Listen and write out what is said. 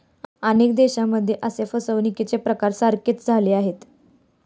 अनेक देशांमध्ये असे फसवणुकीचे प्रकार सारखेच झाले आहेत